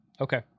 Okay